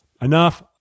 Enough